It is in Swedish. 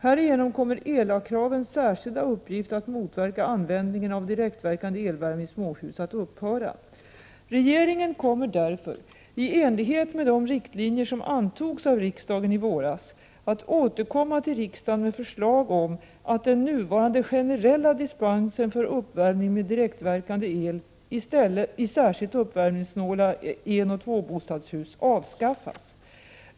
Härigenom kommer ELAK-kravens särskilda uppgift att motverka användningen av direktverkande elvärme i småhus att upphöra. Regeringen kommer därför, i enlighet med de riktlinjer som antogs av riksdagen i våras, att återkomma till riksdagen med förslag om att den nuvarande generella dispensen för uppvärmning med direktverkande el i särskilt uppvärmningssnåla enoch tvåbostadshus avskaffas.